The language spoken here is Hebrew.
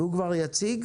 הוא כבר יציג.